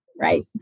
right